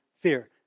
fear